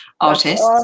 artists